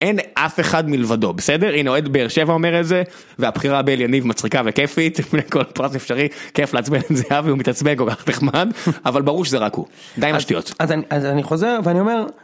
אין אף אחד מלבדו בסדר הנה אוהד באר שבע אומר את זה והבחירה בין יניב מצחיקה וכיפית כל פרט אפשרי כיף להצביע לזהבי והוא מתעצבן כל כך נחמד אבל ברור שזה רק הוא, די עם השטויות אז אני חוזר ואני אומר.